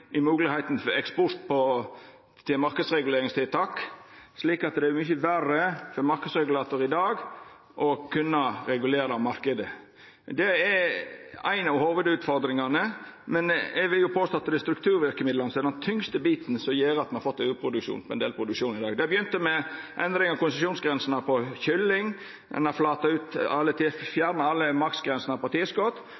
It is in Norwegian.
i moglegheita for eksport til marknadsreguleringstiltak, slik at det er mykje verre for marknadsregulatorar i dag å kunna regulera marknaden. Det er ei av hovudutfordringane, men eg vil påstå at det er strukturverkemidla som er den tyngste biten, som gjer at me har fått overproduksjon på ein del produksjonar i dag. Det begynte med endringar av konsesjonsgrensene for kylling. Ein har fjerna alle